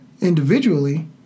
individually